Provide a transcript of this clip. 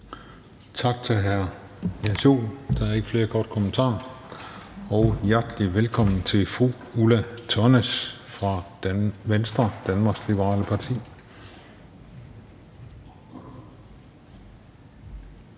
Tak til hr. Jens Joel. Der er ikke flere korte bemærkninger. Hjertelig velkommen til fru Ulla Tørnæs fra Venstre, Danmarks Liberale Parti.